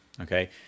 okay